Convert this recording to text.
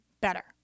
better